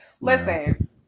listen